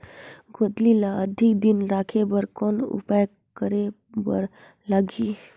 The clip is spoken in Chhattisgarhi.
गोंदली ल अधिक दिन राखे बर कौन उपाय करे बर लगही?